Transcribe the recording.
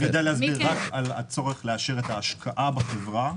אני יודע להסביר רק על הצורך לאשר את ההשקעה בחברה.